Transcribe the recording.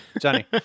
Johnny